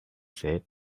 said